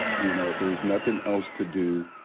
you know, there's nothin' else to do.